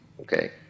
okay